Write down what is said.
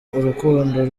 urukundo